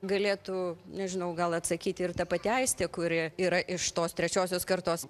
galėtų nežinau gal atsakyti ir ta pati aistė kuri yra iš tos trečiosios kartos